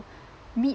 meet